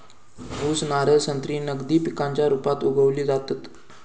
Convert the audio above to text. ऊस, नारळ, संत्री नगदी पिकांच्या रुपात उगवली जातत